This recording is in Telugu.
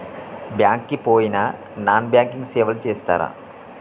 బ్యాంక్ కి పోయిన నాన్ బ్యాంకింగ్ సేవలు చేస్తరా?